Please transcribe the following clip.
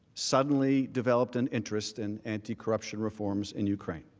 suddenly developed an interest in anticorruption reforms in ukraine.